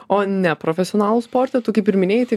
o ne profesionalų sportą tu kaip ir minėjai tai